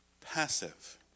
passive